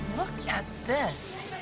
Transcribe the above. look at this.